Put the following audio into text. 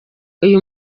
uyu